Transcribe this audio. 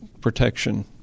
protection